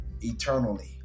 eternally